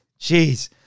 Jeez